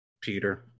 Peter